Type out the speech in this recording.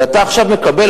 ואתה עכשיו מקבל,